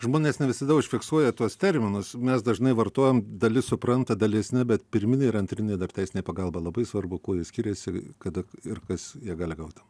žmonės ne visada užfiksuoja tuos terminus mes dažnai vartojam dalis supranta dalis ne bet pirminė ir antrinė teisinė pagalba labai svarbu kuo jos skiriasi kada ir kas ją gali gauti